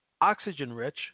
oxygen-rich